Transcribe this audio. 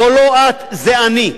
זו לא את, זה אני.